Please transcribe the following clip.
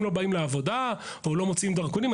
לא באים לעבודה או לא מוצאים דרכונים.